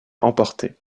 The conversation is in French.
emportés